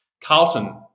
Carlton